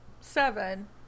seven